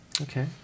Okay